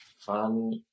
fun